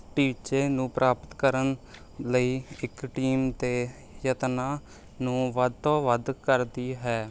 ਟੀਚੇ ਨੂੰ ਪ੍ਰਾਪਤ ਕਰਨ ਲਈ ਇੱਕ ਟੀਮ ਅਤੇ ਯਤਨਾਂ ਨੂੰ ਵੱਧ ਤੋਂ ਵੱਧ ਕਰਦੀ ਹੈ